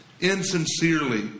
insincerely